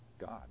God